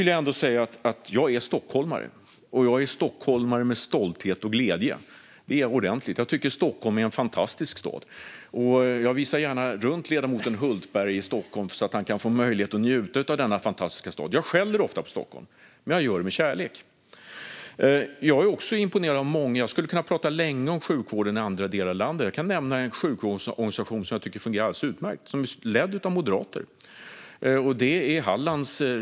Ja, jag är stockholmare, med stolthet och glädje. Jag tycker att Stockholm är en fantastisk stad, och jag visar gärna runt ledamoten Hultberg i Stockholm så att han får möjlighet att njuta av denna fantastiska stad. Jag skäller ofta på Stockholm, men jag gör det med kärlek. Jag är imponerad av sjukvården i andra delar av landet och skulle kunna tala länge om den. En sjukvårdsorganisation som fungerar alldeles utmärkt är Region Halland.